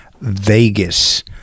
Vegas